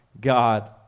God